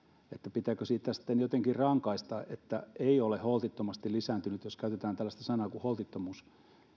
pitääkö siitä sitten jotenkin rankaista että ei ole holtittomasti lisääntynyt jos käytetään tällaista sanaa kuin holtittomuus